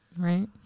Right